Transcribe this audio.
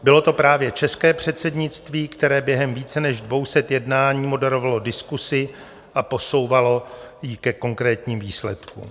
Bylo to právě české předsednictví, které během více než dvou set jednání moderovalo diskusi a posouvalo ji ke konkrétním výsledkům.